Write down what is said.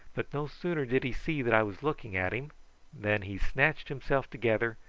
but no sooner did he see that i was looking at him than he snatched himself together,